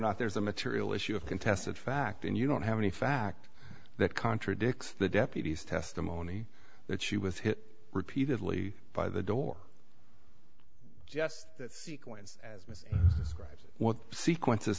not there's a material issue of contested fact and you don't have any fact that contradicts the deputy's testimony that she was hit repeatedly by the door just that sequence as miss scribes what sequence